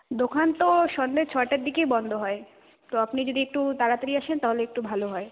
দোকান তো সন্ধ্যে ছয়টার দিকেই বন্ধ হয় তো আপনি যদি একটু তাড়াতাড়ি আসেন তাহলে একটু ভালো হয়